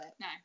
No